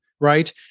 Right